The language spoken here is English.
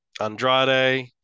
Andrade